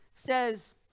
says